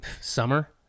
summer